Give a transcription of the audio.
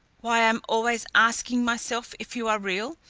why i am always asking myself if you are real,